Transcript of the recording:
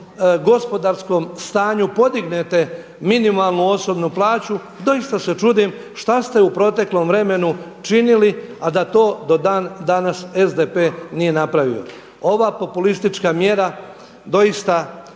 gospodarskom stanju podignete minimalnu osobnu plaću, doista se čudim šta ste u proteklom vremenu činili, a da to do dan danas SDP nije napravio. Ova populistička mjera doista